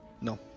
No